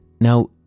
Now